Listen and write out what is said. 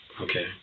Okay